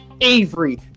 Avery